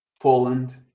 poland